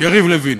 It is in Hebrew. יריב לוין,